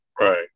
Right